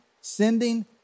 sending